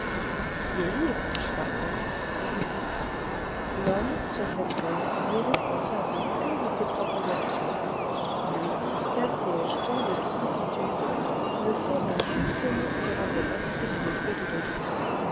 le livre par contre vous dit l'homme sur cette terre n'est responsable que de ses propres actions lui qu'assiègent tant de vicissitudes ne saurait justement se rendre passible des fautes d'autrui